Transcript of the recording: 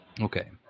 Okay